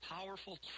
Powerful